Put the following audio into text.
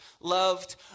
loved